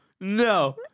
no